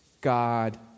God